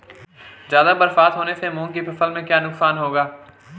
ज़्यादा बरसात होने से मूंग की फसल में क्या नुकसान होगा?